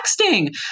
texting